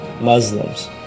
Muslims